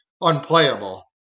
unplayable